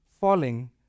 falling